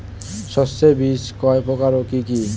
শস্যের বীজ কয় প্রকার ও কি কি?